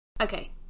Okay